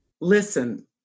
Listen